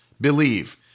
believe